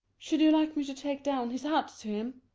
should you like me to take down his hat to him?